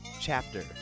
chapter